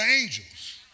angels